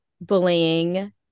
bullying